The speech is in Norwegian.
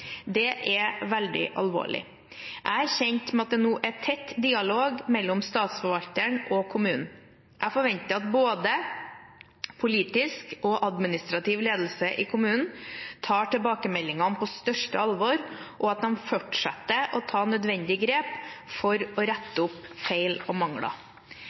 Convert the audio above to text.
Det er veldig alvorlig. Jeg er kjent med at det nå er tett dialog mellom Statsforvalteren og kommunen. Jeg forventer at både politisk og administrativ ledelse i kommunen tar tilbakemeldingene på største alvor, og at de fortsetter å ta nødvendige grep for å rette opp feil og mangler.